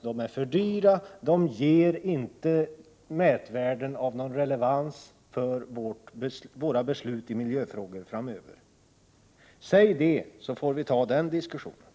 De är för dyra, och de ger inte mätvärden av någon relevans för våra beslut i miljöfrågor framöver. Säg det, så får vi ta den diskussionen.